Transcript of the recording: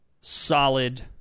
solid